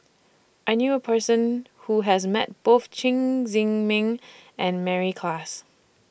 I knew A Person Who has Met Both Chen Zhiming and Mary Klass